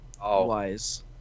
wise